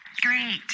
great